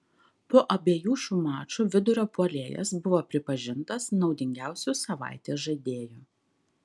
po abiejų šių mačų vidurio puolėjas buvo pripažintas naudingiausiu savaitės žaidėju